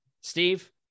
Steve